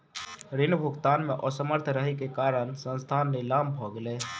ऋण भुगतान में असमर्थ रहै के कारण संस्थान नीलाम भ गेलै